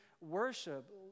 worship